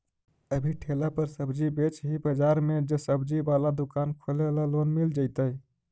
अभी ठेला पर सब्जी बेच ही का बाजार में ज्सबजी बाला दुकान खोले ल लोन मिल जईतै?